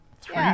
three